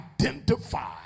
identify